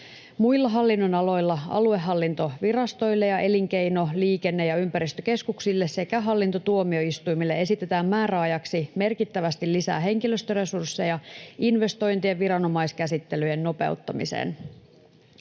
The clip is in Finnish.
Muilla hallinnonaloilla aluehallintovirastoille ja elinkeino‑, liikenne- ja ympäristökeskuksille sekä hallintotuomioistuimille esitetään määräajaksi merkittävästi lisää henkilöstöresursseja investointien viranomaiskäsittelyjen nopeuttamiseen.